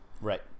Right